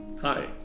Hi